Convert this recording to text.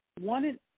One